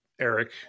Eric